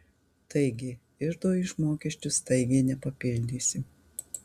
taigi iždo iš mokesčių staigiai nepapildysi